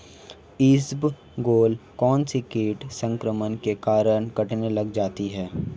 इसबगोल कौनसे कीट संक्रमण के कारण कटने लग जाती है?